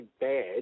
bad